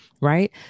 right